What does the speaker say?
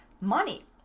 money